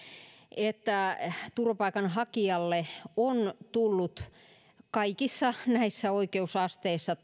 että turvapaikanhakijalle on tullut kaikissa näissä oikeusasteissa